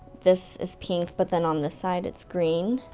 this is pink, but then on this side, it's green.